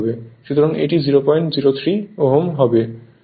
সুতরাং এটি 003 Ω